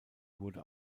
wurde